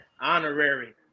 honorary